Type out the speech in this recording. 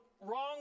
wrong